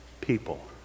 people